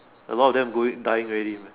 a lot of them going dying already man